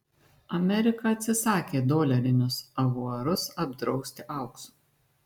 amerika atsisakė dolerinius avuarus apdrausti auksu